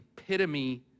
epitome